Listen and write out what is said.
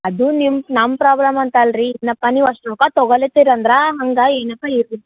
ಅದು ನಿಮ್ಮ ನಮ್ಮ ಪ್ರಾಬ್ಲಮ್ ಅಂತಲ್ರಿ ನೀವಪ್ಪ ಅಷ್ಟು ರೊಕ್ಕ ತಗೊಳಿತಿರಂದ್ರ ಹಂಗೆ ಏನಪ್ಪಾ ಇರಲಿ